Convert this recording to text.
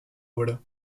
obra